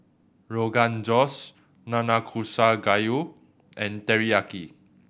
Rogan Josh Nanakusa Gayu and Teriyaki